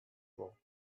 wort